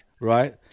right